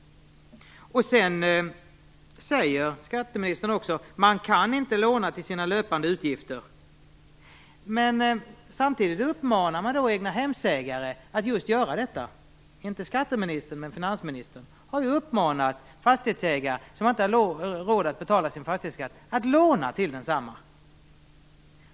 Skatteministern säger att man inte kan låna till sina löpande utgifter. Samtidigt uppmanas egnahemsägare att göra detta, inte av skatteministern, men finansministern har uppmanat fastighetsägare som inte har råd att betala fastighetsskatt att låna till densamma.